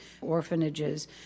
orphanages